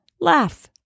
Laugh